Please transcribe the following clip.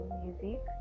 music